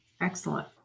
Excellent